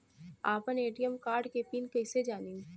आपन ATM card के PIN कईसे जानी?